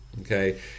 Okay